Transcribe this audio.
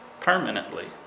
permanently